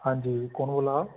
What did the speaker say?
हां जी कौन बोल्ला दा